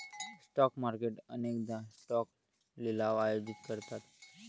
stock market अनेकदा stock लिलाव आयोजित करतात